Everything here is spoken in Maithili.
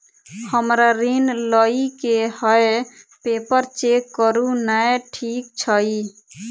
हमरा ऋण लई केँ हय पेपर चेक करू नै ठीक छई?